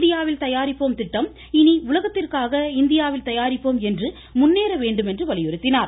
இந்தியாவில் தயாரிப்போம் திட்டம் இனி உலகத்திற்காக இந்தியாவில் தயாரிப்போம் என்று முன்னேற வேண்டுமென்று வலியுறுத்தினார்